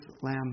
Lamb